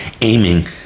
aiming